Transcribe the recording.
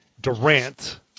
Durant